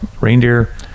reindeer